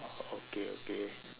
okay okay